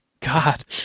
God